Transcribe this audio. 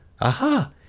Aha